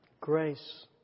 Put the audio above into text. grace